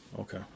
Okay